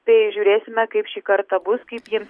tai žiūrėsime kaip šį kartą bus kaip jiems